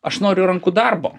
aš noriu rankų darbo